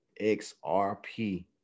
XRP